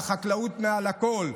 החקלאות מעל הכול.